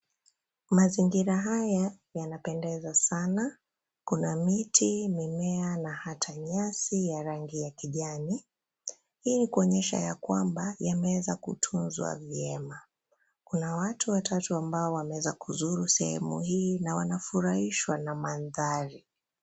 Mazingira haya yanapendeza sana. Kuna miti, mimea, na hata nyasi ya rangi ya kijani. Hii ni kuonyesha ya kwamba yameweza kutunzwa vyema. Kuna watu watatu ambao wameweza kuzuru sehemu hii na wanafurahishwa na mandhari.